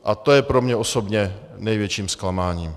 A to je pro mě osobně největším zklamáním